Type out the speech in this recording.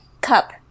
cup